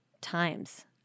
times